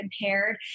impaired